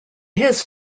his